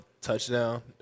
touchdown